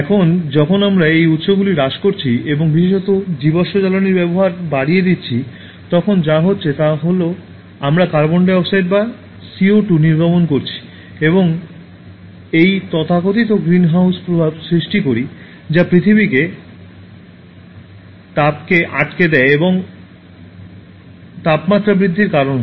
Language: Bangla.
এখন যখন আমরা এই উৎসগুলি হ্রাস করছি এবং বিশেষত জীবাশ্ম জ্বালানীর ব্যবহার বাড়িয়ে দিচ্ছি তখন যা হচ্ছে তা হল আমরা কার্বন ডাই অক্সাইড বা CO2 নির্গমন করছি এবং এই তথাকথিত গ্রীনহাউস প্রভাব সৃষ্টি করি যা পৃথিবীতে তাপকে আটকে দেয় এবং তাপমাত্রা বৃদ্ধির কারণ হয়